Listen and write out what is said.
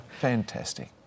Fantastic